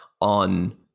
on